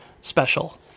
special